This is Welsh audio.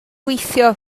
gweithio